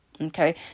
Okay